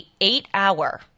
eight-hour